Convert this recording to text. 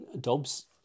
Dobbs